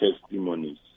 testimonies